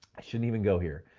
i shouldn't even go here.